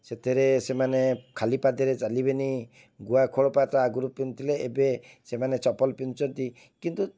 ସେଥିରେ ସେମାନେ ଖାଲିପାଦରେ ଚାଲିବେନି ଗୁଆ ଖୋଳପା ତ ଆଗରୁ ପିନ୍ଧୁଥିଲେ ଏବେ ସେମାନେ ଚପଲ ପିନ୍ଧୁଛନ୍ତି କିନ୍ତୁ